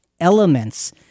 elements